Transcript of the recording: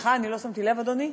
סליחה, אני לא שמתי לב, אדוני.